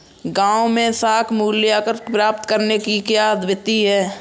गाँवों में साख मूल्यांकन प्राप्त करने की क्या विधि है?